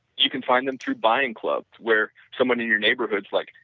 you can find them through buying clubs where someone in your neighborhood is like,